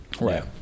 Right